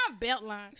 Beltline